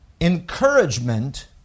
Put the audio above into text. encouragement